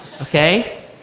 Okay